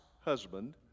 husband